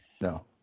No